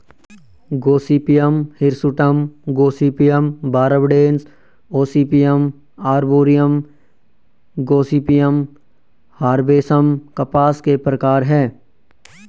Gossypium hirsutum, gossypium barbadense, gossypium arboreum, gossypium herbaceum कपास के प्रकार है